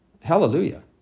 Hallelujah